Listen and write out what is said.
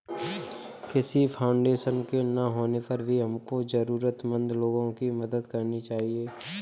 किसी फाउंडेशन के ना होने पर भी हमको जरूरतमंद लोगो की मदद करनी चाहिए